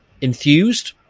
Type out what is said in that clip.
enthused